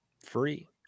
free